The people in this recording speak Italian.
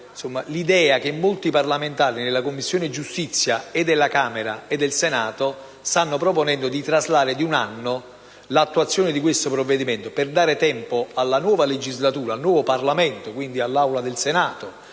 l'idea che molti parlamentari, nella Commissione giustizia sia della Camera sia del Senato, stanno proponendo di traslare di un anno l'attuazione di questo provvedimento, per dare tempo, nella nuova legislatura, al nuovo Parlamento e quindi all'Assemblea del Senato